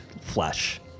flesh